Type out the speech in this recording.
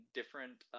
different